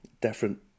different